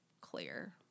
clear